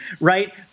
right